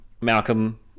Malcolm